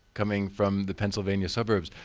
coming from the pennsylvania suburbs,